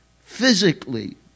physically